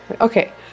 Okay